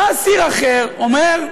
בא אסיר אחר, אומר: